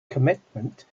commitment